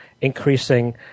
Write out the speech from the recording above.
increasing